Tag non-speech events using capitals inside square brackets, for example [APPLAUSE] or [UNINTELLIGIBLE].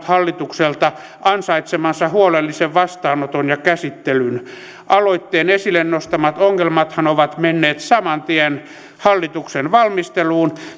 [UNINTELLIGIBLE] hallitukselta ansaitsemansa huolellisen vastaanoton ja käsittelyn aloitteen esille nostamat ongelmathan ovat menneet saman tien hallituksen valmisteluun